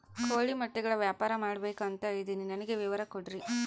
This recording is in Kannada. ಕೋಳಿ ಮೊಟ್ಟೆಗಳ ವ್ಯಾಪಾರ ಮಾಡ್ಬೇಕು ಅಂತ ಇದಿನಿ ನನಗೆ ವಿವರ ಕೊಡ್ರಿ?